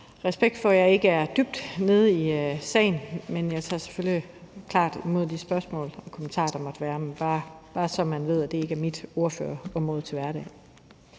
respekt for, at jeg ikke er dybt nede i sagen, men jeg tager selvfølgelig klart imod de spørgsmål og kommentarer, som måtte være. Det er bare, så man ved, at det ikke er mit ordførerområde til hverdag.